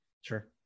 Sure